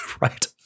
Right